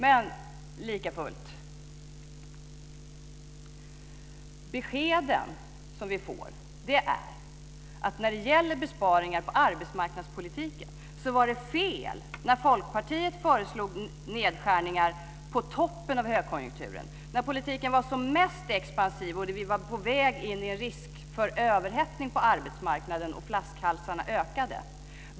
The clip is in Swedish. Men, likafullt, beskeden som vi får är att när det gäller besparingar på arbetsmarknadspolitiken så var det fel när Folkpartiet föreslog nedskärningar på toppen av högkonjunkturen, när politiken var som mest expansiv och vi var på väg att riskera en överhettning på arbetsmarknaden och flaskhalsarna ökade.